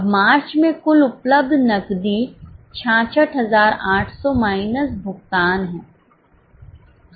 अब मार्च में कुल उपलब्ध नकदी 66800 माइनस भुगतान है